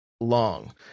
long